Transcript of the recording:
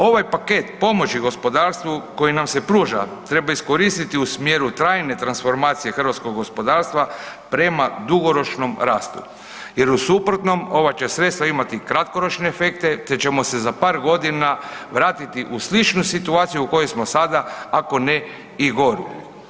Ovaj paket pomoći gospodarstvu koji nam se pruža treba iskoristiti u smjeru trajne transformacije hrvatskog gospodarstva prema dugoročnom rastu jer u suprotnom ova će sredstva imati kratkoročne efekte te ćemo se za par godina vratiti u sličnu situaciju u kojoj smo sada, ako ne i goru.